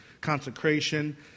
consecration